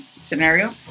scenario